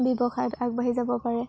ব্যৱসায়ত আগবাঢ়ি যাব পাৰে